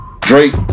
Drake